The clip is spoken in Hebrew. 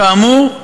כאמור,